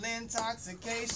intoxication